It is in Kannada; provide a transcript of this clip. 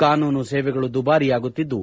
ಕಾನೂನು ಸೇವೆಗಳು ದುಬಾರಿಯಾಗುತ್ತಿದ್ದು